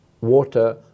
water